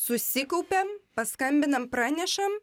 susikaupiam paskambinam pranešam